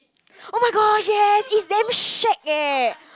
oh-my-gosh ya is damn shag eh